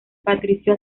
patricio